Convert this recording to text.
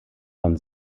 von